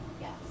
Yes